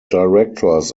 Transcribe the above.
directors